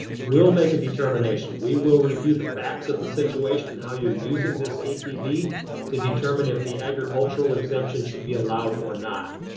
we'll make a determination. we will review the facts of the situation and how you're using this atv to determine if the agricultural exemption should be allowed or not.